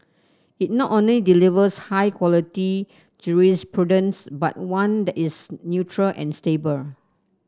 it not only delivers high quality jurisprudence but one that is neutral and stable